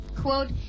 Quote